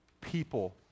people